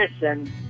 Listen